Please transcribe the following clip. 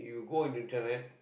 you go to the internet